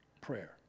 prayer